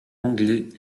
anglais